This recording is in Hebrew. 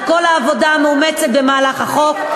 על כל העבודה המאומצת במהלך החוק.